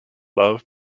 love